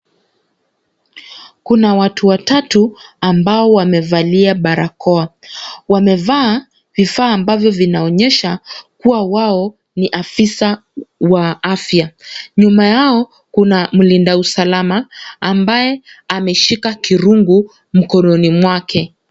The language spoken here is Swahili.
Kuna watu watatu ambao wamevalia barakoa, wamevaa vifaa ambavyo vinaonyesha, kuwa wao ni afisa wa afya. Nyuma yao kuna mlinda usalama ambaye ameshika kirungu mkononi mwake.